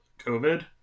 covid